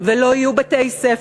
ולא יהיו בתי-ספר,